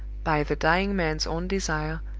by the dying man's own desire,